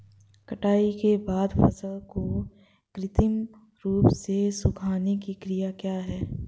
कटाई के बाद फसल को कृत्रिम रूप से सुखाने की क्रिया क्या है?